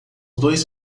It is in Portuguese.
dois